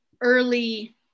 Early